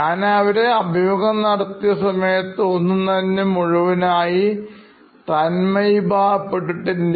ഞാനവരെ ഈ അഭിമുഖം നടത്തിയ സമയത്ത് ഒന്നും തന്നെ മുഴുവനായി തന്നെ തന്മയിഭാവം പെട്ടിട്ടില്ല